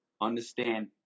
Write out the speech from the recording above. understand